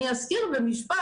אני אזכיר במשפט.